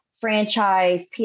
franchise